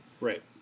Right